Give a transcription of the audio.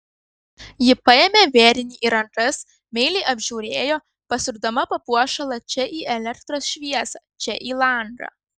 ji paėmė vėrinį į rankas meiliai apžiūrėjo pasukdama papuošalą čia į elektros šviesą čia į langą